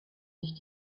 sich